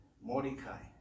Mordecai